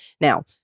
Now